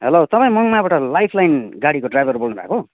hello तपाईँ मङमायाबाट life line गाडीको ड्राइभर बोल्नुभाको हो